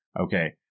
Okay